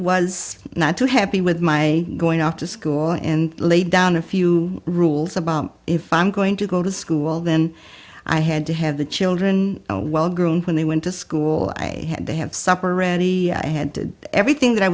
was not too happy with my going off to school and laid down a few rules about if i'm going to go to school then i had to have the children well groomed when they went to school i had to have supper ready i had everything that i